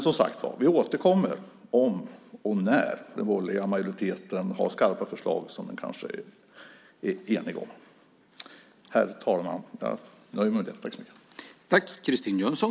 Som sagt återkommer vi om och i så fall när de i den borgerliga majoriteten har skarpa förslag som de kanske är eniga om.